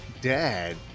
dad